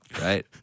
Right